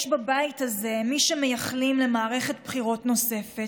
יש בבית הזה מי שמייחלים למערכת בחירות נוספת